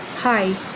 Hi